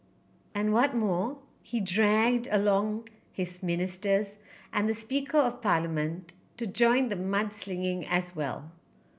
and what more he dragged along his ministers and the speaker of parliament to join the mudslinging as well